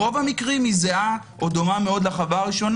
ברוב המקרים היא זהה או דומה מאוד לראשונה.